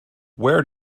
where